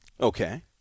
Okay